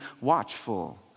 watchful